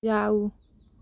जाउ